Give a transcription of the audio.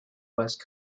west